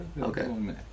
Okay